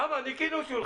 אדוני היושב